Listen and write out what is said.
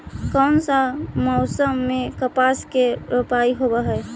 कोन सा मोसम मे कपास के रोपाई होबहय?